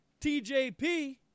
TJP